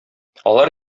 алар